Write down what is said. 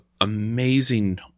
amazing